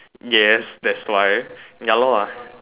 yes that's why ya lor ah